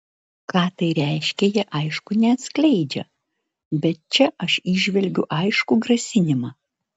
ką tai reiškia jie aišku neatskleidžia bet čia aš įžvelgiu aiškų grasinimą